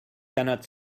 cannot